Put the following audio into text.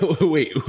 Wait